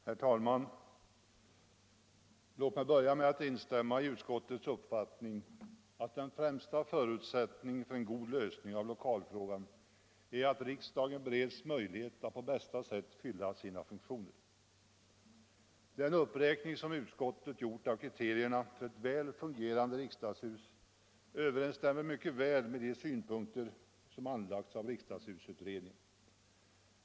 Herr talman! Låt mig börja med att instämma i utskottets uppfattning att den främsta förutsättningen för en god lösning av lokalfrågan är att riksdagen bereds möjlighet att på bästa sätt fylla sina funktioner. Den uppräkning som utskottet gjort av kriterierna för ett väl fungerande riksdagshus överensstämmer mycket väl med de synpunkter som anlagts av riksdagshusutredningen.